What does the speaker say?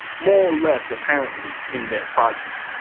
more or less apparently in their progeny